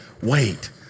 wait